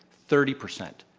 thirty percent.